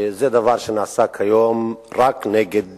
זה דבר שנעשה כיום רק נגד